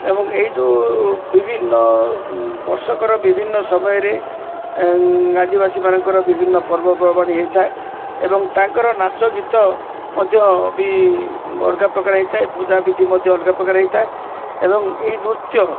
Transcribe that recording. ଏବଂ ଏଇ ଯୋଉ ବିଭିନ୍ନ ବର୍ଷକର ବିଭିନ୍ନ ସମୟରେ ଆଦିବାସୀମାନଙ୍କର ବିଭିନ୍ନ ପର୍ବପର୍ବାଣି ହୋଇଥାଏ ଏବଂ ତାଙ୍କର ନାଚ ଗୀତ ମଧ୍ୟ ବି ଅଲଗା ପ୍ରକାର ହୋଇଥାଏ ପୂଜାବିଧି ମଧ୍ୟ ଅଲଗା ପ୍ରକାର ହୋଇଥାଏ ଏବଂ ଏହି ନୃତ୍ୟ